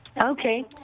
Okay